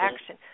action